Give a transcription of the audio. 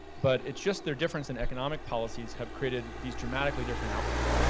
but it's just their difference in economic policies have created these dramatically different outcomes.